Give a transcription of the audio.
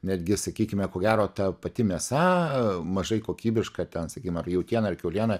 netgi sakykime ko gero ta pati mėsa mažai kokybiška ten sakykim ar jautiena ar kiauliena